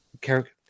Character